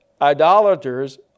idolaters